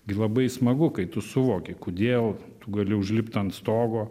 gi labai smagu kai tu suvoki kodėl tu gali užlipt ant stogo